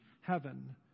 heaven